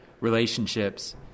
relationships